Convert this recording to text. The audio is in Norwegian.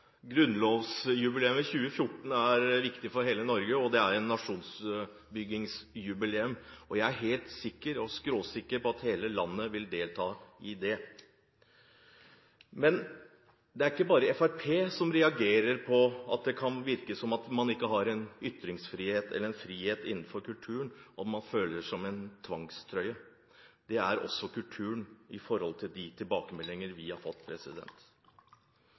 skråsikker på at hele landet vil delta i det. Men det er ikke bare Fremskrittspartiet som reagerer på at det kan virke som man ikke har ytringsfrihet eller frihet innenfor kulturen, og at man føler det som en tvangstrøye. Det gjør også kulturen, ut fra de tilbakemeldinger vi har fått.